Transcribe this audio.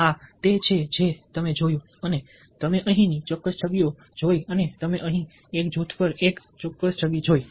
આ તે છે જે તમે જોયું અને તમે અહીંની ચોક્કસ છબી જોઈ અને તમે અહીં એક જૂથ પર એક ચોક્કસ છબી જોઈ